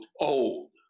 old